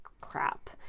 crap